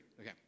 Okay